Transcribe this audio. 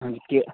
अंजी केक